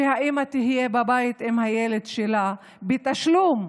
שאימא תהיה בבית עם הילד שלה, בתשלום,